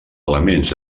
elements